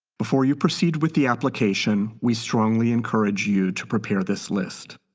before you proceed with the application, we strongly encourage you to prepare this list.